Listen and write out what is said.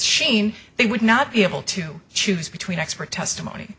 cian they would not be able to choose between expert testimony